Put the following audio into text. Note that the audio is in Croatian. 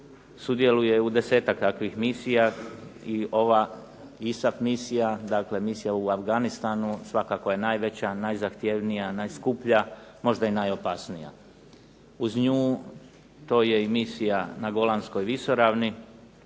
sudjeluje u desetak takvih misija. I ova ISAP misija, dakle Misija u Afganistanu svakako je najveća, najzahtjevnija, najskuplja, možda čak i najopasnije. Uz nju to je i Misija na Golanskoj Visoravni,